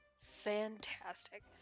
Fantastic